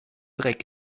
dreck